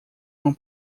uma